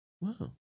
Wow